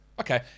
Okay